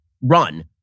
run